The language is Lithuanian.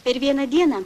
per vieną dieną